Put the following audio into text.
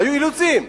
היו אילוצים.